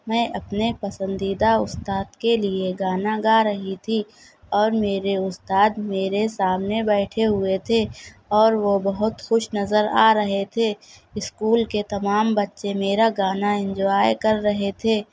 میں اپنے پسندیدہ استاد کے لیے گانا گا رہی تھی اور میرے استاد میرے سامنے بیٹھے ہوئے تھے اور وہ بہت خوش نظر آ رہے تھے اسکول کے تمام بچے میرا گانا انجوائے کر رہے تھے